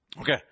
Okay